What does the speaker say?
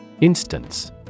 Instance